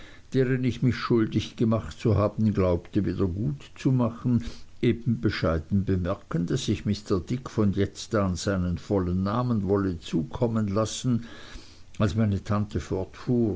deren ich mich schuldig gemacht zu haben glaubte wieder gut zu machen eben bescheiden bemerken daß ich mr dick von jetzt an seinen vollen namen wolle zukommen lassen als meine tante fortfuhr